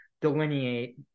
delineate